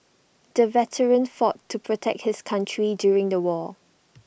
the veteran fought to protect his country during the war